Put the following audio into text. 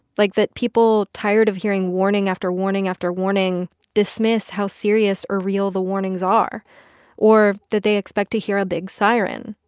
like that people tired of hearing warning after warning after warning dismiss how serious or real the warnings are or that they expect to hear a big siren.